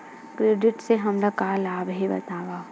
Credit से हमला का लाभ हे बतावव?